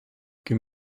give